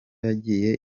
yagiye